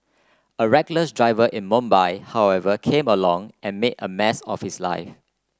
a reckless driver in Mumbai however came along and made a mess of his life